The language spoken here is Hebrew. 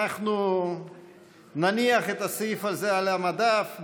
אנחנו נניח את הסעיף הזה על המדף,